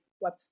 web